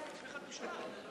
חוצפה, באמת,